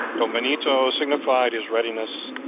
don benito signified his readiness,